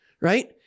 Right